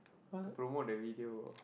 to promote the video